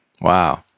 Wow